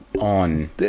on